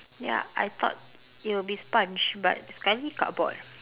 ya I thought it will be sponge but sekali cardboard